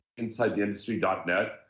insidetheindustry.net